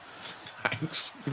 thanks